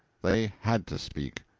they had to speak.